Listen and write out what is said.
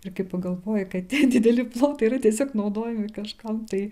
ir kai pagalvoji kad tie dideli plotai yra tiesiog naudojami kažkam tai